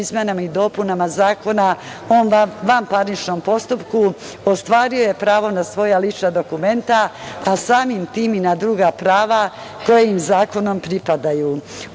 izmenama i dopunama Zakona o vanparničnom postupku, ostvario je pravo na svoja lična dokumenta, a samim tim i na druga prava koja im zakonom pripadaju. Ono